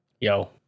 yo